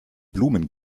blumen